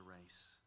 race